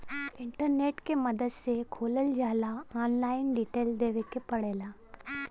internet के मदद से खोलल जाला ऑनलाइन डिटेल देवे क पड़ेला